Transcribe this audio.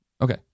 Okay